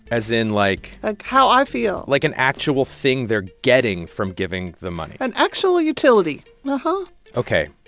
as in, like. like, how i feel like an actual thing they're getting from giving the money an actual utility but ok.